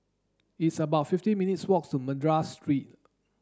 it's about fifty minutes' walk to Madras Street